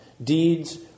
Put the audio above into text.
Deeds